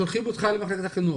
שולחים אותך למחלקת החינוך.